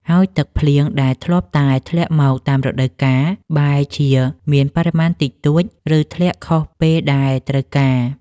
ហើយទឹកភ្លៀងដែលធ្លាប់តែធ្លាក់មកតាមរដូវកាល បែរជាមានបរិមាណតិចតួច ឬធ្លាក់ខុសពេលដែលត្រូវការ។